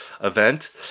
event